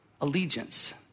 allegiance